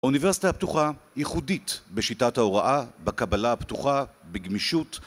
האוניברסיטה הפתוחה ייחודית בשיטת ההוראה, בקבלה הפתוחה, בגמישות